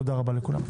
תודה רבה לכולם.